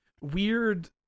weird